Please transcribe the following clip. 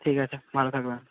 ঠিক আছে ভালো থাকবে